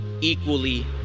equally